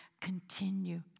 continue